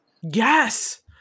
Yes